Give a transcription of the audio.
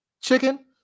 chicken